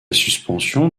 suspension